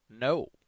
no